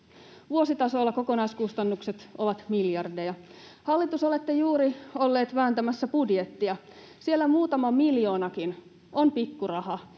Vuositasolla kokonaiskustannukset ovat miljardeja. Hallitus, olette juuri olleet vääntämässä budjettia. Siellä muutama miljoonakin on pikkuraha,